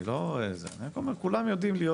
אני רק אומר יש